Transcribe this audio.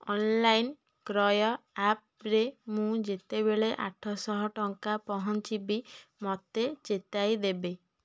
online କ୍ରୟ ଆପ୍ରେ ମୁଁ ଯେତେବେଳେ ଆଠଶହ ଟଙ୍କା ପହଞ୍ଚିବି ମୋତେ ଚେତାଇ ଦେବ